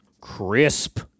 Crisp